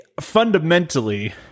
fundamentally